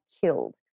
killed